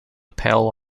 pale